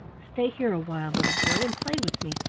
stay here awhile, little boy, and play with me,